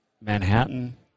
Manhattan